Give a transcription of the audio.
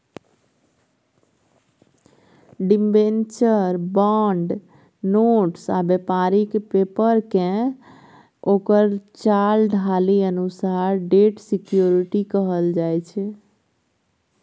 debenture, bond, notes आ बेपारिक पेपरकेँ ओकर चाल ढालि अनुसार डेट सिक्युरिटी कहल जाइ छै